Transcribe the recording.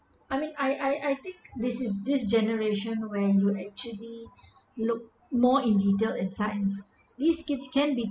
I mean I I I think this is this generation where you actually look more in detail in science these gifts can be